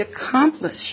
accomplish